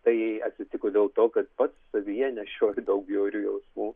tai atsitiko dėl to kad pats savyje nešioju daug bjaurių jausmų